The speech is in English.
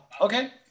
Okay